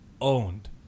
owned